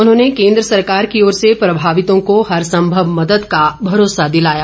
उन्होंने केन्द्र सरकार की ओर से प्रभार्वितों को हर संभव मदद का भरोसा दिलाया